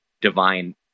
divine